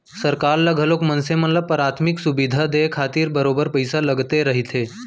सरकार ल घलोक मनसे मन ल पराथमिक सुबिधा देय खातिर बरोबर पइसा लगत रहिथे